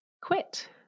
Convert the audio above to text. quit